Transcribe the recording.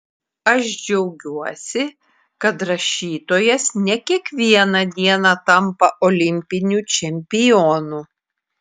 aš džiaugiuosi kad rašytojas ne kiekvieną dieną tampa olimpiniu čempionu